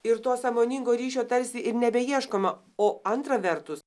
ir to sąmoningo ryšio tarsi ir nebeieškoma o antra vertus